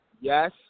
Yes